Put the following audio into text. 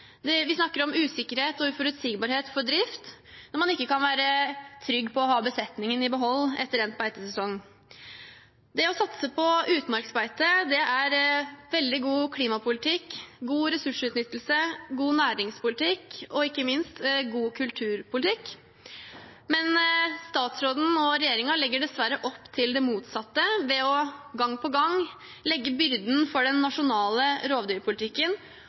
vi snakker om usikkerhet og uforutsigbarhet for drift, når man ikke kan være trygg på å ha besetningen i behold etter endt beitesesong. Å satse på utmarksbeite er veldig god klimapolitikk, god ressursutnyttelse, god næringspolitikk og ikke minst god kulturpolitikk. Men statsråden og regjeringen legger dessverre opp til det motsatte ved gang på gang å legge byrden for den nasjonale rovdyrpolitikken